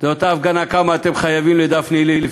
כמה אתם חייבים לדפני ליף,